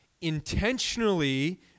intentionally